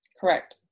Correct